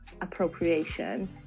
appropriation